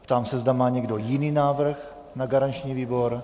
Ptám se, zda má někdo jiný návrh na garanční výbor.